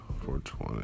420